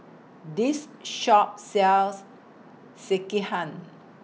This Shop sells Sekihan